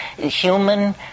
Human